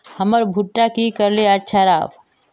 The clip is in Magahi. हमर भुट्टा की करले अच्छा राब?